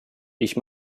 ich